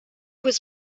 was